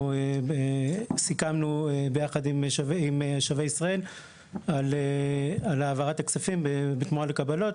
סיכמנו ביחד עם שבי ישראל על העברת הכספים בתרומה לקבלות,